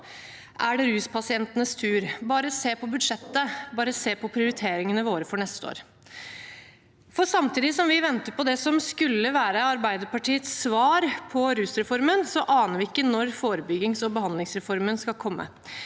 er det ruspasientenes tur, bare se på budsjettet, bare se på prioriteringene våre for neste år. Samtidig som vi venter på det som skulle være Arbeiderpartiets svar på rusreformen, aner vi ikke når forebyggings- og behandlingsreformen skal komme.